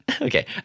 okay